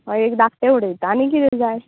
हय एक धाकटें उडयता आनी कितें जाय